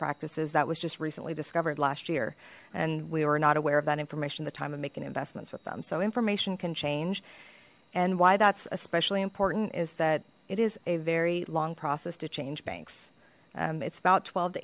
practices that was just recently discovered last year and we were not aware of that information the time of making investments with them so information can change and why that's especially important is that it is a very long process to change banks it's about twelve to